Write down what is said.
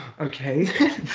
okay